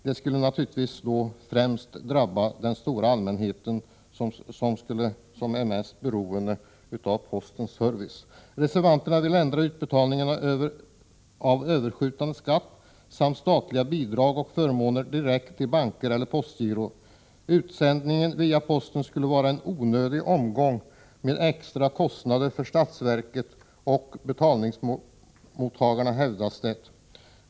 Det skulle naturligtvis främst drabba den stora allmänheten, som är mest beroende av postens service. Reservanterna vill göra den ändringen att utbetalningarna av överskjutande skatt samt statliga bidrag och förmåner skall ske direkt till bankeller postgiro. Utsändningen via posten skulle vara en onödig omgång med extrakostnader för statsverket och betalningsmottagarna, hävdas det.